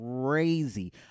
crazy